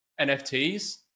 NFTs